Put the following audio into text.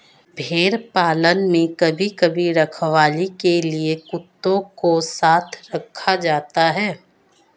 भेड़ पालन में कभी कभी रखवाली के लिए कुत्तों को साथ रखा जाता है